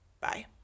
Bye